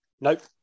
Nope